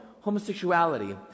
homosexuality